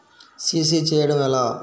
CC చేయడము ఎలా?